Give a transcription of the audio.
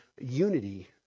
unity